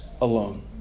alone